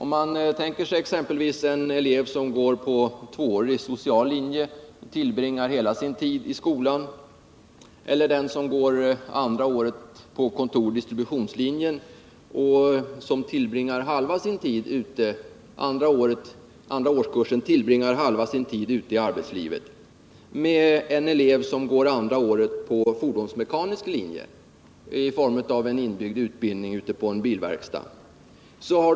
Vi tänker oss en elev som går andra året på social linje och tillbringar hela sin tid i skolan eller en elev som går andra året på distributionsoch kontorslinje och tillbringar halva sin tid ute i arbetslivet samt en elev som går 51 andra året på fordonsmekanisk linje i form av inbyggd utbildning ute på en verkstad.